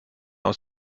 aus